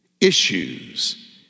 Issues